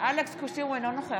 אינו נוכח